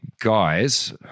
guys